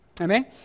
Amen